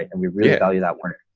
and we really value that word,